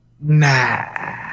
Nah